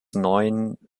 neuen